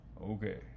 okay